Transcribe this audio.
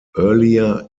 earlier